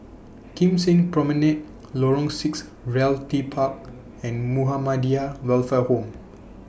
Kim Seng Promenade Lorong six Realty Park and Muhammadiyah Welfare Home